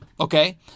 Okay